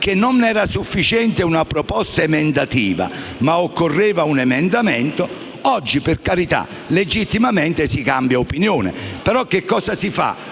che non era sufficiente una proposta emendativa, ma occorreva un emendamento, oggi - per carità, legittimamente - si cambia opinione. Cosa si fa,